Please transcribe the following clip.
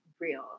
real